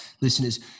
listeners